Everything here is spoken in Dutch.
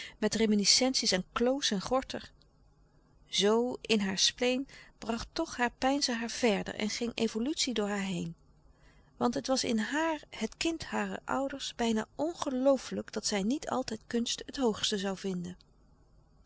met reminiscenties aan kloos en gorter zoo in haar spleen bracht toch haar peinzen haar verder en ging evolutie door haar heen want het was in haar het kind harer ouders bijna ongelooflijk dat zij niet altijd kunst het hoogste zoû vinden